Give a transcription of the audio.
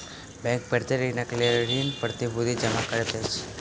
bank प्रत्येक ऋणक लेल ऋण प्रतिभूति जमा करैत अछि